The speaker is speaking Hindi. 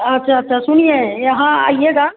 अच्छा अच्छा सुनिए यहाँ आइएगा